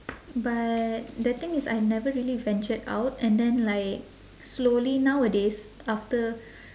but the thing is I never really ventured out and then like slowly nowadays after